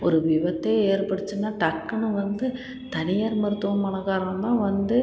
ஒரு விபத்தே ஏற்பட்டுச்சுன்னா டக்குன்னு வந்து தனியார் மருத்துவமனைக்காரந்தான் வந்து